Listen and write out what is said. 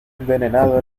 envenenado